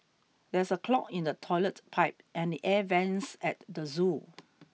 there is a clog in the toilet pipe and the air vents at the zoo